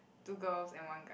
two girls and one guy